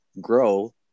grow